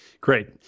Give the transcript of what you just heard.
Great